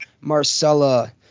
marcella